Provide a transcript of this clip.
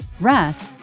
rest